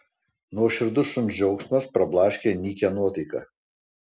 nuoširdus šuns džiaugsmas prablaškė nykią nuotaiką